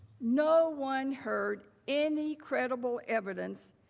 no one heard any credible evidence,